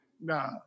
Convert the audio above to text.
Nah